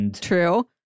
True